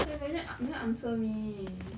!oi! you very ne~ an~ never answer me